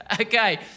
Okay